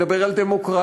מדבר על דמוקרטיה,